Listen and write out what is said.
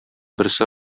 берсе